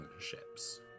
ships